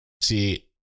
see